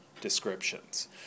descriptions